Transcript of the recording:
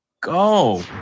go